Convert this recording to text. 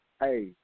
hey